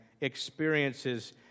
experiences